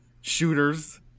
shooters